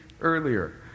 earlier